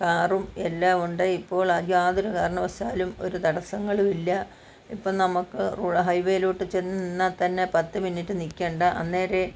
കാറും എല്ലാം ഉണ്ട് ഇപ്പോള് യാതൊരു കാരണ വശാലും ഒരു തടസ്സങ്ങളും ഇല്ല ഇപ്പോള് നമ്മള്ക്ക് ഹൈവേലോട്ട് ചെന്ന് നിന്നാല് തന്നെ പത്ത് മിനുട്ട് നില്ക്കണ്ട അന്നേരെ